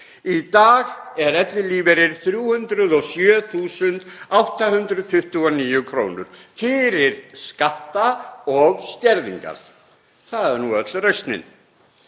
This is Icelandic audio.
Í dag er ellilífeyrir 307.829 kr. fyrir skatta og skerðingar. Það er nú öll rausnin.